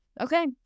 okay